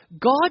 God